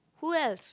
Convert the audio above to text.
who else